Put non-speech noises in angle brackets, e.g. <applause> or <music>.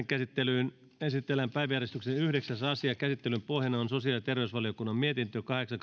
<unintelligible> käsittelyyn esitellään päiväjärjestyksen yhdeksäs asia käsittelyn pohjana on sosiaali ja terveysvaliokunnan mietintö kahdeksan <unintelligible>